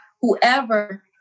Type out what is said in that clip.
whoever